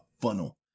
funnel